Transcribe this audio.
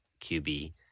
QB